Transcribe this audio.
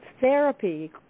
therapy